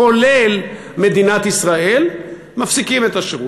כולל למדינת ישראל, מפסיקים את השירות.